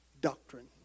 doctrine